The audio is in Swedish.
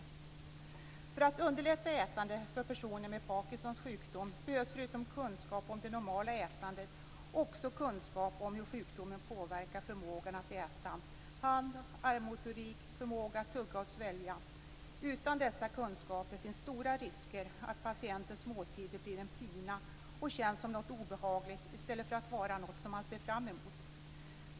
För att t.ex. underlätta ätandet för personer med Parkinsons sjukdom behövs förutom kunskap om det normala ätandet också kunskap om hur sjukdomen påverkar förmågan att äta, hand och armmotorik, förmågan att tugga och svälja. Utan dessa kunskaper finns stora risker att patientens måltider blir en pina och känns som något obehagligt i stället för något som man ser fram emot.